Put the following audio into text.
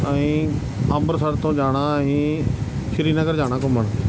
ਅਸੀਂ ਅੰਬਰਸਰ ਤੋਂ ਜਾਣਾ ਅਸੀਂ ਸ਼੍ਰੀਨਗਰ ਜਾਣਾ ਘੁੰਮਣ